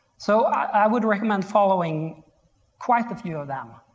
so i would recommend following quite a few of them.